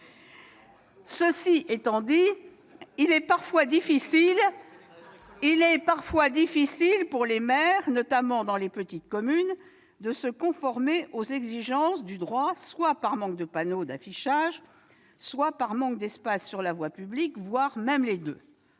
Cela étant dit, il est parfois difficile pour les maires, notamment dans les petites communes, de se conformer aux exigences du droit, soit par manque de panneaux d'affichage, soit par manque d'espace sur la voie publique, voire les deux.